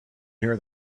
hear